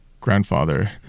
grandfather